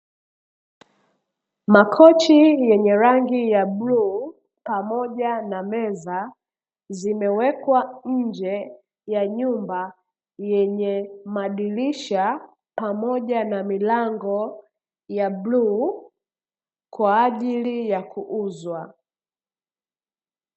Makochi yenye rangi ya bluu pamoja na meza, zimewekwa nje ya nyumba yenye madirisha pamoja na milango ya bluu kwaajili ya kuuzwa.